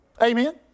Amen